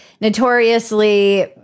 notoriously